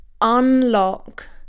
unlock